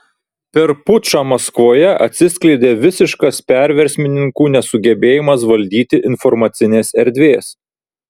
per pučą maskvoje atsiskleidė visiškas perversmininkų nesugebėjimas valdyti informacinės erdvės